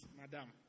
madam